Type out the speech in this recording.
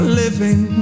living